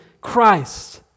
Christ